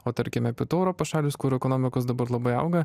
o tarkime pietų europos šalys kurių ekonomikos dabar labai auga